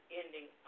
ending